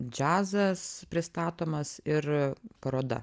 džiazas pristatomas ir paroda